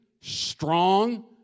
strong